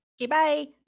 Goodbye